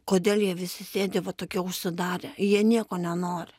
kodėl jie visi sėdi va tokie užsidarę jie nieko nenori